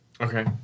Okay